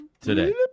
today